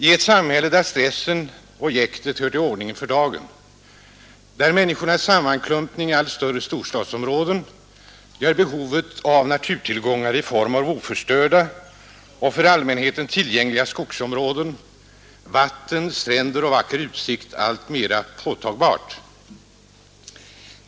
I ett samhälle där stressen och jäktet hör till ordningen för dagen, där människorna klumpas samman i allt större bostadsområden, blir behovet av oförstörda och för allmän Nr 129 heten tillgängliga skogsområden, vatten, stränder och vacker utsikt Torsdagen den alltmera påtagbart.